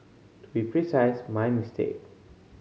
to be precise my mistake